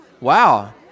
Wow